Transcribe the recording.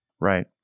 Right